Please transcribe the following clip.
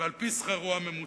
ועל-פי שכרו הממוצע.